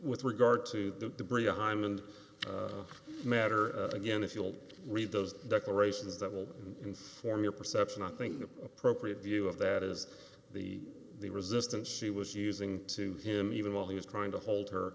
with regard to the debris hymens matter again if you'll read those declarations that will form your perception i think the appropriate view of that is the resistance she was using to him even while he was trying to hold her